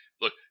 Look